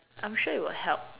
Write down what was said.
I'm sure it will help